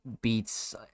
beats